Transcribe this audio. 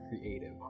creative